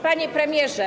Panie Premierze!